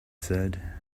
said